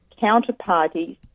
counterparties